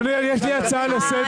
אדוני, יש לי הצעה לסדר.